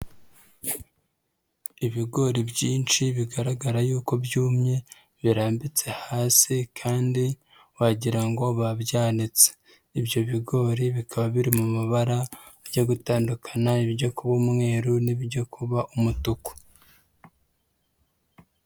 Ibigori byinshi bigaragara y'uko byumye birambitse hasi kandi wagira ngo babyanitse, ibyo bigori bikaba biri mu mabara ajya gutandukana, ibijya kuba umweru n'ibijya kuba umutuku.